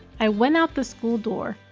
i went out the school door.